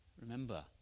Remember